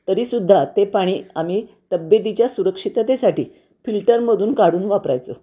तरीसुद्धा ते पाणी आम्ही तब्येतीच्या सुरक्षिततेसाठी फिल्टरमधून काढून वापरायचो